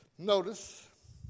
Notice